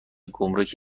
گمرک